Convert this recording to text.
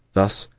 thus,